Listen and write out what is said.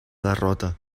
derrota